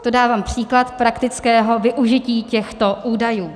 To dávám příklad praktického využití těchto údajů.